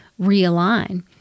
realign